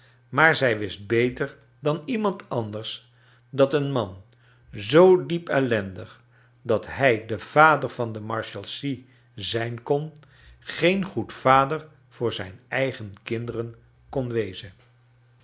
maar zij wist beter dan iemand anders dat een man zoo diep ellendig dat hij de vader van de marshalsea zijn kon geen goed vader voor zrjn eigen kinderen kon wezen